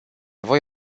voi